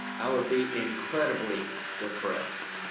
i would be incredibly depressed.